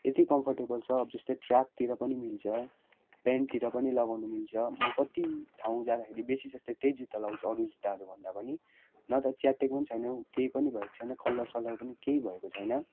यति कम्फर्टेबल छ अब जस्तै ट्रयाकतिर पनि मिल्छ पेन्टतिर पनि लगाउनु मिल्छ म कति ठाउँ जाँदा बेसी जस्तो त्यही जुत्ता लगाउँछु अरू जुत्ताहरू भन्दा पनि न त च्यातिएको पनि छैन केही पनि भएको छैन कलर सलर पनि केही भएको छैन